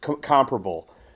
comparable